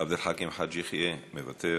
עבד אל חכים חאג' יחיא, מוותר,